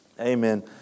Amen